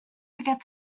forget